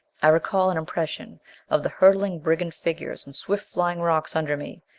i recall an impression of the hurtling brigand figures and swift flying rocks under me.